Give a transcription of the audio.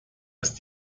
ist